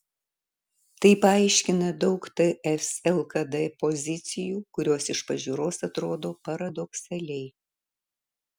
tai paaiškina daug ts lkd pozicijų kurios iš pažiūros atrodo paradoksaliai